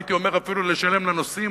הייתי אומר אפילו לשלם לנוסעים,